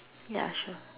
ya sure